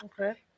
okay